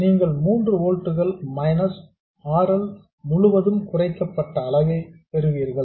நீங்கள் 3 volts minus R L முழுவதும் குறைக்கப்பட்ட அளவை பெறுவீர்கள்